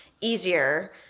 easier